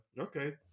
Okay